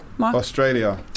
Australia